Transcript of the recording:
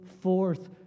forth